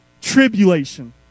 tribulation